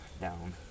down